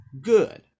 good